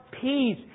peace